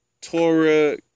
Torah